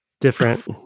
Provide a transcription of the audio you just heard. different